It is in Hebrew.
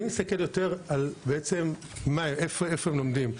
אם נסתכל יותר על איפה הם לומדים,